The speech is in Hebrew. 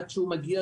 עד שהוא מגיע,